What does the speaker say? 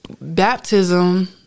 baptism